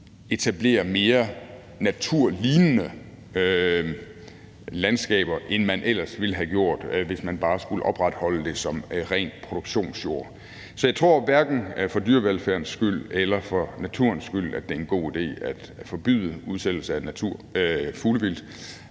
etablerer mere naturlignende landskaber, end man ellers ville have gjort, hvis man bare skulle opretholde det som rent produktionsjord. Så jeg tror, at det hverken for dyrevelfærdens skyld eller for naturens skyld er en god idé at forbyde udsættelse af fuglevildt.